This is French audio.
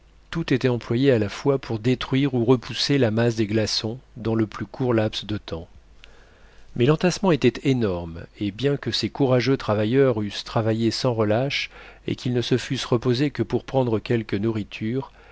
tout était employé à la fois pour détruire ou repousser la masse des glaçons dans le plus court laps de temps mais l'entassement était énorme et bien que ces courageux travailleurs eussent travaillé sans relâche et qu'ils ne se fussent reposés que pour prendre quelque nourriture